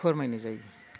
फोरमायनाय जायो